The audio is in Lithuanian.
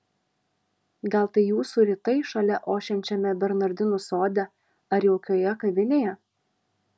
gal tai jūsų rytai šalia ošiančiame bernardinų sode ar jaukioje kavinėje